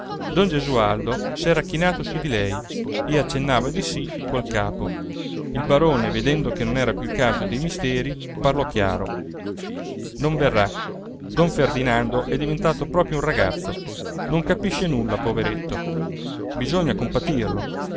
gesualdo s'era chinato su di lei e accennava di sì col capo il barone vedendo che non era più il caso di misteri parlò chiaro non verrà don ferdinando è diventato proprio un ragazzo non capisce nulla poveretto bisogna compatirlo